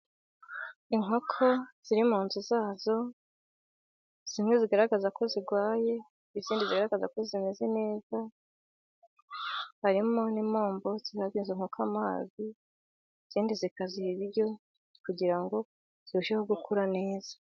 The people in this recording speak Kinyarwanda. Inkoko ziri mu nzu za zo, zimwe zigaragaza ko zirwaye, izindi zigaragaza ko zimeze neza, harimo n'impombo ziha izo nkoko amazi, izindi zikaziha ibiryo, kugira ngo zirusheho gukura neza.